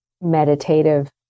meditative